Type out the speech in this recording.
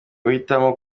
uhitamo